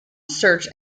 search